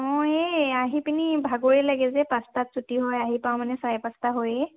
মই এই আহি পিনি ভাগৰেই লাগে যে পাঁচটাত ছুটি হয় আহি পাওঁ মানে চাৰে পাঁচটা হয়েই